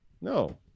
No